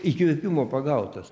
įkvėpimo pagautas